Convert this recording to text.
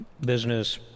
business